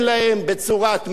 בצורת מע"מ,